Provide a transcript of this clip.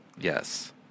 Yes